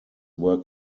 were